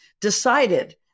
decided